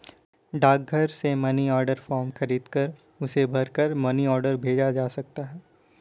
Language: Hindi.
डाकघर से मनी ऑर्डर फॉर्म खरीदकर उसे भरकर मनी ऑर्डर भेजा जा सकता है